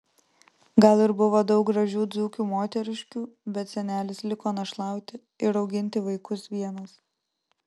gal ir buvo daug gražių dzūkių moteriškių bet senelis liko našlauti ir auginti vaikus vienas